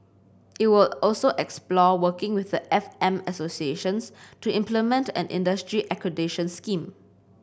it will also explore working with the F M associations to implement an industry accreditation scheme